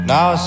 Now